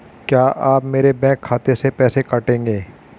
क्या आप मेरे बैंक खाते से पैसे काटेंगे?